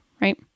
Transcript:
right